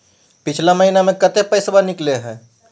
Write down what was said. पिछला महिना मे कते पैसबा निकले हैं?